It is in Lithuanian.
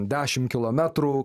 dešim kilometrų